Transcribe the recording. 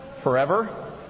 forever